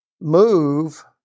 move